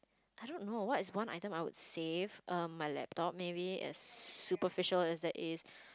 I don't know what is one item I would save um my laptop maybe as superficial as that is